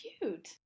cute